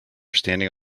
standing